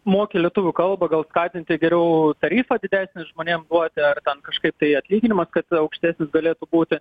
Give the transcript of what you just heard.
moki lietuvių kalbą gal skatinti geriau tarifą didesnį žmonėms duoti ar ten kažkaip tai atlyginimas kad aukštesnis galėtų būti